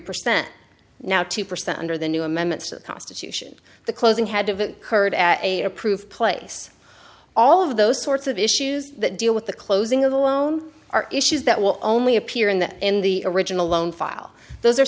percent now two percent under the new amendments to the constitution the closing had to curd at a approved place all of those sorts of issues that deal with the closing of a loan are issues that will only appear in the in the original loan file those are